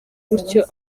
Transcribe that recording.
gutyo